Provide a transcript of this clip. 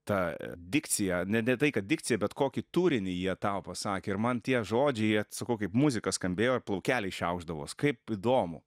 ta dikcija ne tai kad dikcija bet kokį turinį jie tau pasakė ir man tie žodžiai jie t sakau kaip muzika skambėjo ir plaukeliai šiaušdavos kaip įdomu